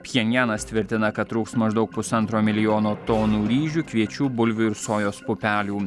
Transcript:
pchenjanas tvirtina kad trūks maždaug pusantro milijono tonų ryžių kviečių bulvių ir sojos pupelių